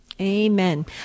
Amen